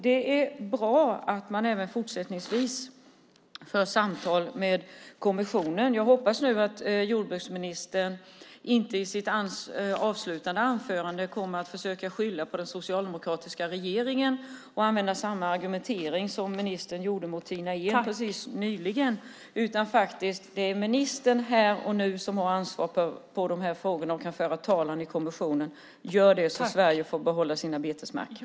Det är bra att man även fortsättningsvis för samtal med kommissionen. Jag hoppas att jordbruksministern i sitt avslutande inlägg inte försöker skylla på den socialdemokratiska regeringen och använda samma argumentering som i debatten med Tina Ehn. Det är ministern som här och nu har ansvaret för dessa frågor och kan föra talan i kommissionen. Gör det så att Sverige får behålla sina betesmarker.